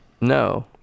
No